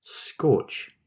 Scorch